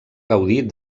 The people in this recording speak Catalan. gaudir